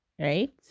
right